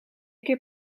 keer